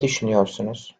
düşünüyorsunuz